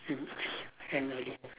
annual leave annual leave